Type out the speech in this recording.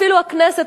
אפילו הכנסת,